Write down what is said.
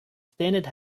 standard